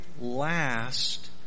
last